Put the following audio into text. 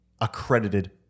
accredited